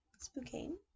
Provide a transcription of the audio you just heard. Spokane